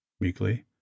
meekly